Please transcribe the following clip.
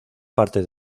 parte